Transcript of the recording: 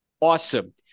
Awesome